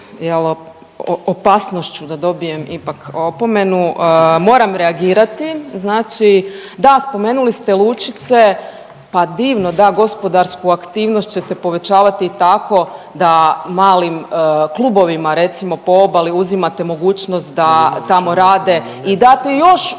opasnošću da dobijem ipak opomenu moram reagirati, znači da spomenuli ste lučice. Pa divno da, gospodarsku aktivnost ćete povećavati i tako da malim klubovima recimo po obali uzimate mogućnost da tamo rade i date još